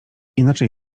inaczej